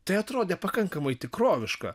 tai atrodė pakankamai tikroviška